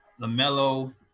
LaMelo